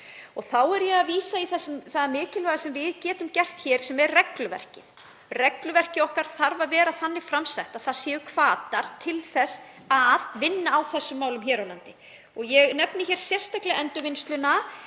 Þá er ég að vísa í það mikilvæga sem við getum gert hér, sem er regluverkið. Regluverkið okkar þarf að vera þannig fram sett að þar séu hvatar til þess að vinna á þessum málum hér á landi. Ég nefni sérstaklega endurvinnsluna